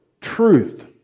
truth